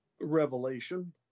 Revelation